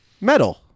Metal